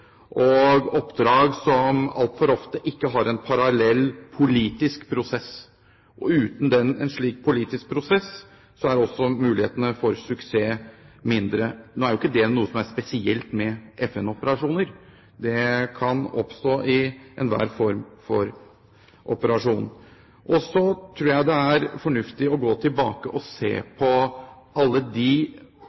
og oppdrag som altfor ofte ikke har en parallell politisk prosess. Og uten en slik politisk prosess er også mulighetene for suksess mindre. Nå er jo ikke det noe som er spesielt med FN-operasjoner; det kan oppstå i enhver form for operasjon. Så tror jeg det er fornuftig å gå tilbake og se på alle de